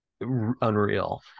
unreal